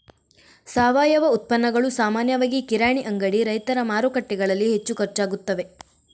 ಸಾವಯವ ಉತ್ಪನ್ನಗಳು ಸಾಮಾನ್ಯವಾಗಿ ಕಿರಾಣಿ ಅಂಗಡಿ, ರೈತರ ಮಾರುಕಟ್ಟೆಗಳಲ್ಲಿ ಹೆಚ್ಚು ಖರ್ಚಾಗುತ್ತವೆ